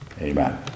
amen